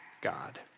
God